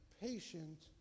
patient